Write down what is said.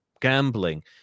gambling